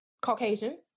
Caucasian